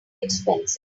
expensive